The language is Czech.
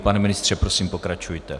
Pane ministře, prosím, pokračujte.